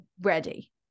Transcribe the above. ready